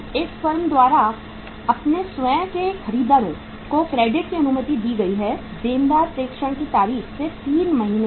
इस फर्म द्वारा अपने स्वयं के खरीदारों को क्रेडिट की अनुमति दी गई देनदार प्रेषण की तारीख से 3 महीने है